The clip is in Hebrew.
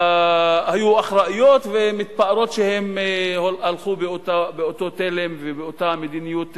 היו אחראיות ומתפארות שהן הלכו באותו תלם ובאותה מדיניות כלכלית.